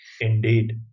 indeed